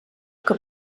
que